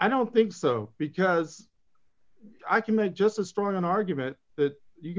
i don't think so because i can make just as strong an argument that you can